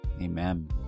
Amen